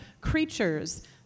creatures